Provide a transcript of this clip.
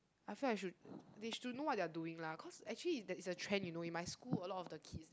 I feel I should they should know what they're doing lah cause actually is there's a trend you know in my school a lot of the kids